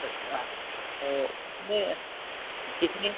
sir तो इसमें कितने